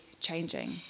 changing